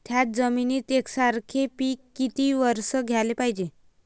थ्याच जमिनीत यकसारखे पिकं किती वरसं घ्याले पायजे?